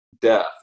death